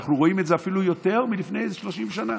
אנחנו רואים את זה אפילו מלפני יותר מ-30 שנה.